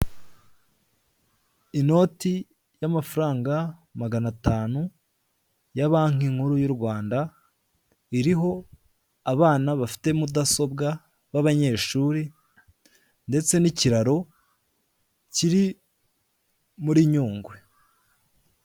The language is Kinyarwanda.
Inoti y'amafaranga magana atanu ya banki nkuru y'u rwanda, iriho abana bafite mudasobwa b'abanyeshuri ndetse n'ikiraro kiri muri Nyungwe.